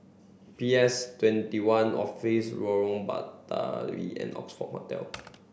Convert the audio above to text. P S twenty one Office Lorong Batawi and Oxford Hotel